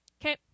Okay